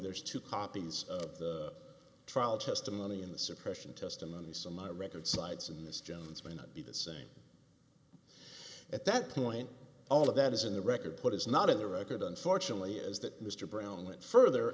there's two copies of the trial testimony in the suppression testimony so my record sides in this jones may not be the same at that point all of that is in the record put is not in the record unfortunately is that mr brown went further